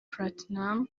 platnmuz